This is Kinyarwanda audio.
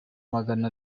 magana